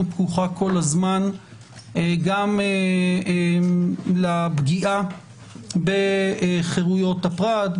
פקוחה כל הזמן גם לפגיעה בחרויות הפרט,